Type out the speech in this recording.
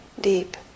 deep